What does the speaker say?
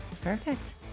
Perfect